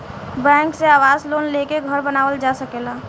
bank से आवास loan लेके घर बानावल जा सकेला